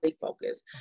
focus